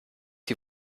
die